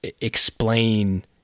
explain